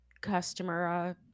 customer